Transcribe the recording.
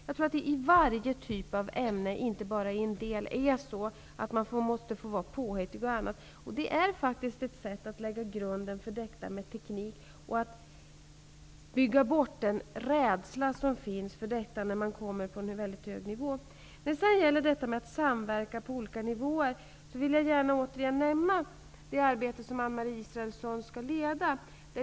Jag kommer envist att framhärda i detta. Jag tror att man i varje typ av ämne, inte bara i en del, måste få vara påhittig. Det är ett sätt att lägga grunden för teknik och att bygga bort den rädsla som finns när man kommer på en hög nivå. När det sedan gäller detta att samverka på olika nivåer, vill jag återigen nämna det arbete som AnneMarie Israelsson skall leda.